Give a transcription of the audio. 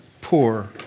poor